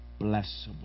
blessable